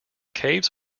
caves